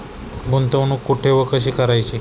गुंतवणूक कुठे व कशी करायची?